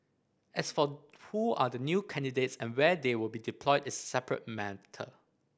as for who are the new candidates and where they will be deployed is separate matter